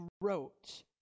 wrote